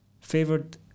favored